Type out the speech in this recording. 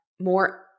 more